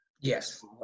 Yes